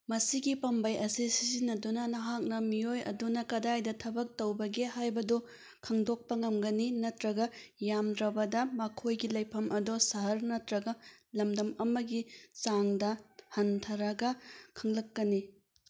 ꯃꯁꯤꯒꯤ ꯄꯥꯝꯕꯩ ꯑꯁꯤ ꯁꯤꯖꯤꯟꯅꯗꯨꯅ ꯅꯍꯥꯛꯅ ꯃꯤꯑꯣꯏ ꯑꯗꯨꯅ ꯀꯗꯥꯏꯗ ꯊꯕꯛ ꯇꯧꯕꯒꯦ ꯍꯥꯏꯕꯗꯨ ꯈꯪꯗꯣꯛꯄ ꯉꯝꯒꯅꯤ ꯅꯠꯇ꯭ꯔꯒ ꯌꯥꯝꯗ꯭ꯔꯕꯗ ꯃꯈꯣꯏꯒꯤ ꯂꯩꯐꯝ ꯑꯗꯨ ꯁꯍꯔ ꯅꯠꯇ꯭ꯔꯒ ꯂꯝꯗꯝ ꯑꯃꯒꯤ ꯆꯥꯡꯗ ꯈꯟꯊꯔꯒ ꯈꯪꯂꯛꯀꯅꯤ